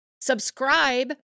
subscribe